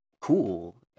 cool